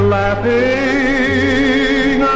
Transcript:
laughing